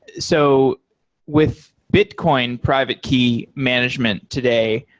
so with bitcoin private key management today,